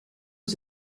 aux